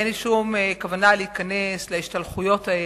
ואין לי שום כוונה להיכנס להשתלחויות האלה.